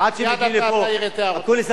מייד אתה תעיר את הערותיך.